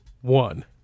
one